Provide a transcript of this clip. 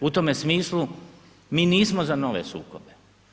U tome smislu mi nismo za nove sukobe.